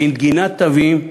בנגינת תווים.